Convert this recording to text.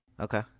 okay